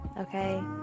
okay